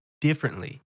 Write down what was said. differently